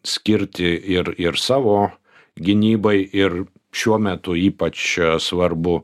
skirti ir ir savo gynybai ir šiuo metu ypač svarbu